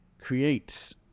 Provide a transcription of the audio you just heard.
creates